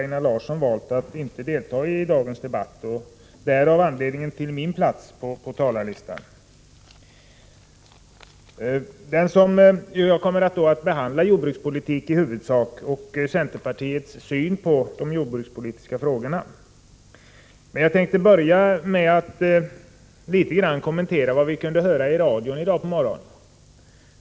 Jag kommer att behandla jordbrukspolitik i huvudsak och centerpartiets syn på de jordbrukspolitiska frågorna, men jag tänkte börja med att litet grand kommentera vad vi kunde höra i radion i dag på morgonen.